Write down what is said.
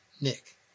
Nick